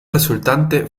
resultante